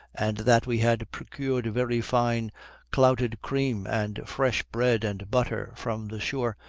and that we had procured very fine clouted cream and fresh bread and butter from the shore,